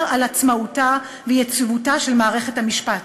על עצמאותה ויציבותה של מערכת המשפט,